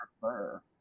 prefer